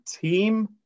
team